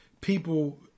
people